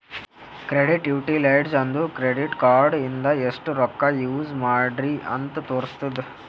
credit utilized ಅಂದುರ್ credit card ಇಂದ ಎಸ್ಟ್ ರೊಕ್ಕಾ ಯೂಸ್ ಮಾಡ್ರಿ ಅಂತ್ ತೋರುಸ್ತುದ್